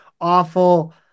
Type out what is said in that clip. awful